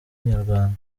inyarwanda